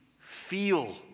feel